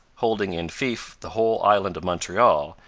holding in fief the whole island of montreal,